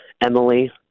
Emily